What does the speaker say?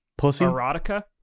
erotica